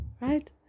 right